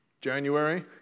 January